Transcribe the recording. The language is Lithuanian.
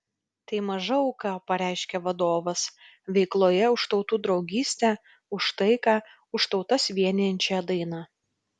tai maža auka pareiškė vadovas veikloje už tautų draugystę už taiką už tautas vienijančią dainą